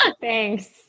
Thanks